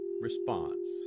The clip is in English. response